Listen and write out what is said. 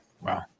Wow